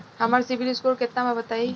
हमार CIBIL score केतना बा बताईं?